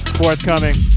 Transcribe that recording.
forthcoming